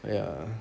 ya